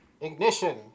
Ignition